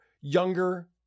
younger